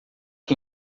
que